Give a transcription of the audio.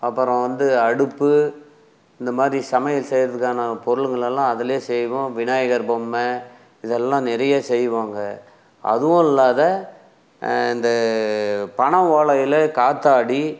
அப்பறம் வந்து அடுப்பு இந்த மாதிரி சமையல் செய்கிறதுக்கான பொருளுகளை எல்லாம் அதுலேயே செய்வோம் விநாயகர் பொம்மை இதெல்லாம் நிறைய செய்வோம்ங்க அதுவும் இல்லாம இந்த பனைவோலையில் காற்றாடி